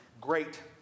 great